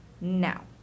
now